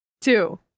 two